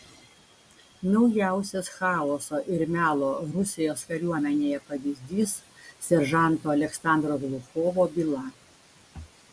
naujausias chaoso ir melo rusijos kariuomenėje pavyzdys seržanto aleksandro gluchovo byla